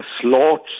Slots